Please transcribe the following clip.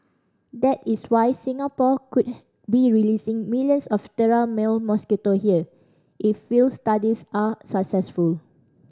that is why Singapore could be releasing millions of sterile male mosquito here if field studies are successful